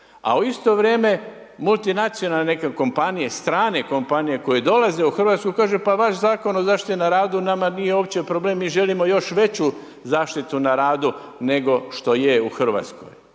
a u isto vrijeme multinacionalne neke kompanije, strane kompanije koje dolaze u Hrvatsku kažu pa vaš Zakon o zaštiti na radu nama nije uopće problem, mi želimo još veću zaštitu na radu nego što je u Hrvatskoj